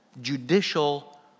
judicial